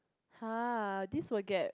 [huh] this will get